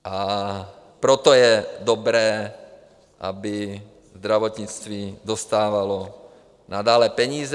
A proto je dobré, aby zdravotnictví dostávalo nadále peníze.